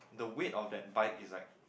the weight of that bike is like